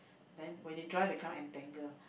then when it dry become entangle